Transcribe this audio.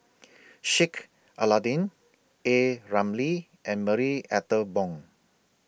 Sheik Alau'ddin A Ramli and Marie Ethel Bong